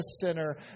sinner